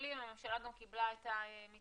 הממשלה גם קיבלה את המתווה,